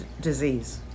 disease